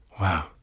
Wow